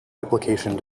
application